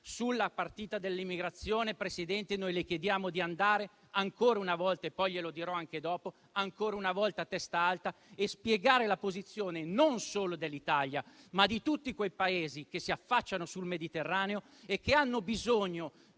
Sulla partita dell'immigrazione, Presidente, noi le chiediamo di andare ancora una volta a testa alta - glielo dirò anche dopo - e di spiegare la posizione non solo dell'Italia, ma di tutti quei Paesi che si affacciano sul Mediterraneo e che hanno bisogno di